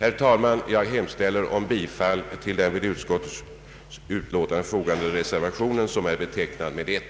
Herr talman! Jag hemställer om bifall till den vid utskottsutlåtandet fogade reservation som är betecknad med 1.